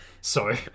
sorry